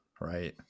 right